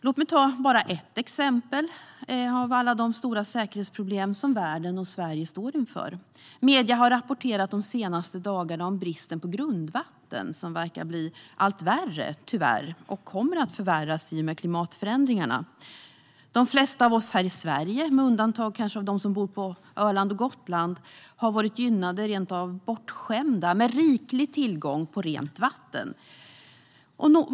Låt mig ta ett exempel på alla de stora säkerhetsproblem som världen och Sverige står inför. Medierna har de senaste dagarna rapporterat om bristen på grundvatten, som tyvärr verkar bli allt värre och kommer att förvärras ännu mer i och med klimatförändringarna. De flesta av oss i Sverige, med undantag av dem som på Öland och Gotland, har varit gynnade, ja, rent av bortskämda med riklig tillgång på rent vatten.